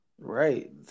Right